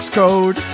code